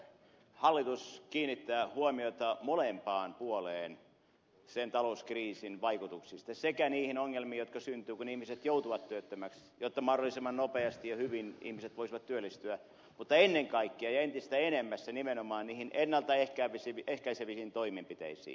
hallitus kiinnittää huomiota molempiin puoliin sen talouskriisin vaikutuksista sekä niihin ongelmiin jotka syntyvät kun ihmiset joutuvat työttömäksi jotta mahdollisimman nopeasti ja hyvin ihmiset voisivat työllistyä mutta ennen kaikkea ja entistä enemmässä nimenomaan niihin ennalta ehkäiseviin toimenpiteisiin